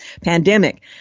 pandemic